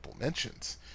mentions